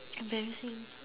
embarrassing